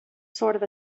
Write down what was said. sort